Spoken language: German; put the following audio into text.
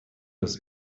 des